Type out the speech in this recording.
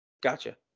Gotcha